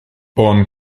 born